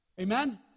Amen